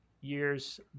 years